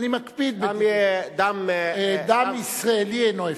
אני מקפיד, גם דם, דם ישראלי אינו הפקר.